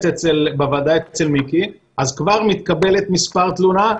בוועדה אצל מיקי אז כבר מתקבל מספר תלונה.